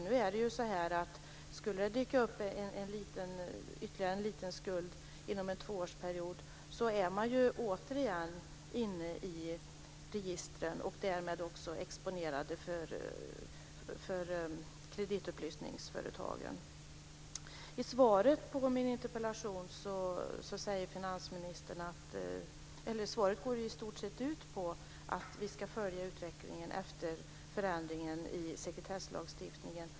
Om det skulle dyka upp ytterligare en liten skuld inom en tvåårsperiod, finns man ju återigen med i registren och är därmed också exponerad för kreditupplysningsföretagen. Svaret på min interpellation går i stort sett ut på att vi ska följa utvecklingen efter förändringen i sekretesslagstiftningen.